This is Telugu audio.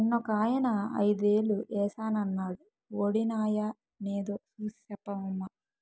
నిన్నొకాయన ఐదేలు ఏశానన్నాడు వొడినాయో నేదో సూసి సెప్పవమ్మా